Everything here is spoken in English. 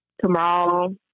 tomorrow